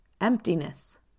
Emptiness